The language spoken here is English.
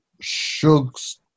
Shug's